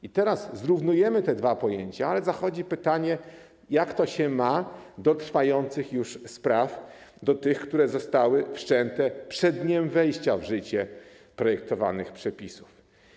I teraz zrównujemy te dwa pojęcia, ale zachodzi pytanie, jak to się ma do trwających już spraw, tj. do tych, które zostały wszczęte przed dniem wejścia w życie projektowanych przepisów.